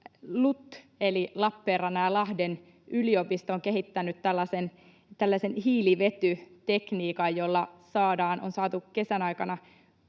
LUT eli Lappeenrannan ja Lahden yliopisto on kehittänyt tällaisen hiilivetytekniikan, jolla on saatu viime kesän aikana